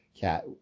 cat